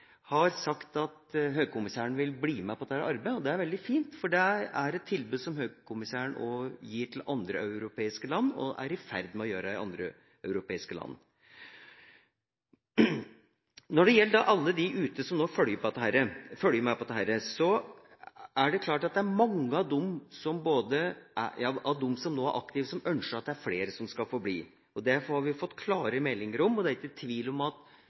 statsråden sagt at Høykommissæren vil bli med på dette arbeidet. Det er veldig fint, for det er et tilbud som Høykommissæren gir – og er i ferd med å gi – også til andre europeiske land. Når det gjelder alle de der ute som følger med på dette, er det klart at det er mange av dem som nå er aktive, som ønsker at det er flere som skal få bli. Det har vi fått klare meldinger om, og det er ikke tvil om at